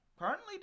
currently